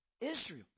Israel